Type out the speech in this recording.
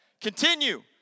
Continue